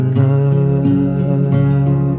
love